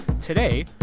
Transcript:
Today